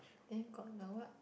then got the what